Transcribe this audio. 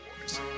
Wars